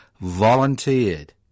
volunteered